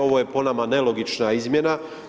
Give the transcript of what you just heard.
Ovo je po nama nelogična izmjena.